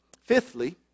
Fifthly